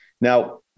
Now